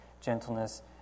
gentleness